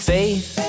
Faith